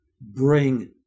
bring